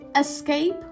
escape